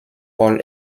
paul